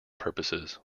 purposes